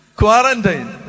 quarantine